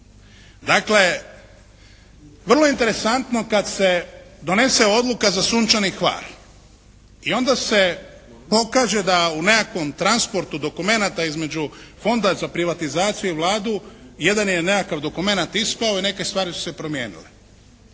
Dakle, vrlo interesantno kad se donese odluka za “Sunčani Hvar“ i onda se pokaže da u nekakvom transportu dokumenata između Fonda za privatizaciju i Vladu jedan je nekakav dokumenat ispao i neke stvari su se promijenile